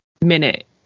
minute